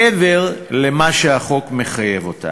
מעבר למה שהחוק מחייב אותנו.